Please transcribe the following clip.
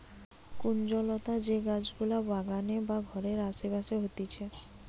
কুঞ্জলতা যে গাছ গুলা বাগানে বা ঘরের আসে পাশে হতিছে